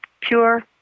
pure